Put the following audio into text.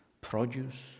produce